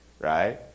Right